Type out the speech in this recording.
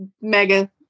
mega